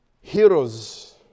heroes